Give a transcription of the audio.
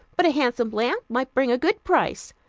but a handsome lamp might bring a good price.